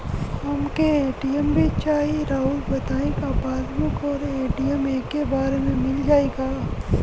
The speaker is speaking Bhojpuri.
हमके ए.टी.एम भी चाही राउर बताई का पासबुक और ए.टी.एम एके बार में मील जाई का?